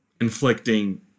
inflicting